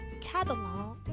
catalog